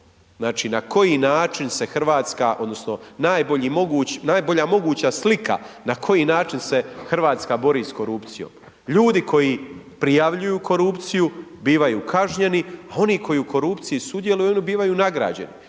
simbol, na koji način se Hrvatska, odnosno, najbolja moguća slika na koji način se Hrvatska bori s korupcijom. Ljudi koji prijavljuju korupciju, bivaju kažnjeni, oni koji u korupciji sudjeluju, oni bivaju nagrađeni,